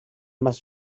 más